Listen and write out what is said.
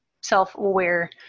self-aware